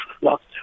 locked